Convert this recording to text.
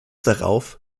darauf